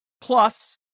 Plus